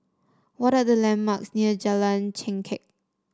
what are the landmarks near Jalan Chengkek